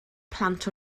plant